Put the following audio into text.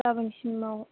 गाबोन सिमाव